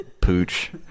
pooch